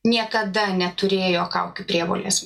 niekada neturėjo kaukių prievolės